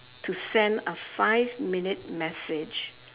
to send a five minute message